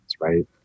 right